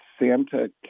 Santa